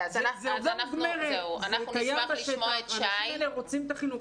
זה קיים בשטח, האנשים האלה רוצים את החינוך הזה.